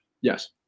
Yes